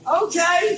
okay